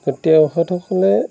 তেখেতসকলে